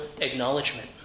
acknowledgement